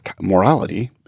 morality